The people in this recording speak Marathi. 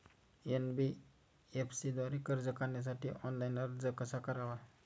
एन.बी.एफ.सी द्वारे कर्ज काढण्यासाठी ऑनलाइन अर्ज कसा करावा?